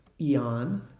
eon